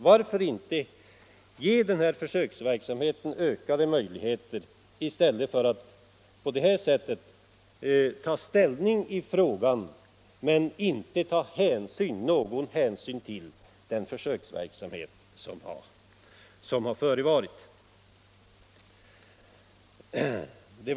Varför inte ge denna försöksverksamhet ökade möjligheter i stället för att på detta sätt ta ställning i frågan men inte ta någon hänsyn till den försöksverksamhet som har bedrivits?